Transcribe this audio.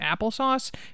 applesauce